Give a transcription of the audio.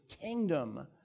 kingdom